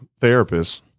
therapists